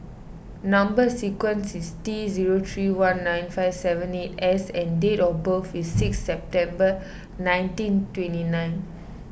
Number Sequence is T zero three one nine five seven eight S and date of birth is sixth September nineteen twenty nine